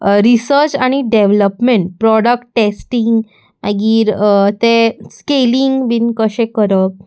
research आनी development product testing मागीर तें स्केलींग बीन कशें करप